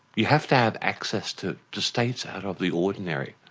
you have to have access to to states out of the ordinary.